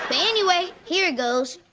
but anyway, here it goes!